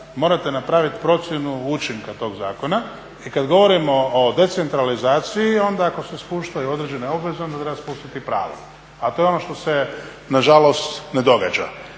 morate napraviti procjenu učinka tog zakona i kad govorimo o decentralizaciji onda ako se spuštaju određene obveze, onda treba spuštati i prava. A to je ono što se nažalost ne događa.